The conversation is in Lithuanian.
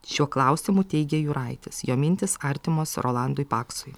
šiuo klausimu teigia juraitis jo mintys artimos rolandui paksui